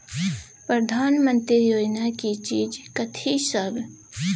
प्रधानमंत्री योजना की चीज कथि सब?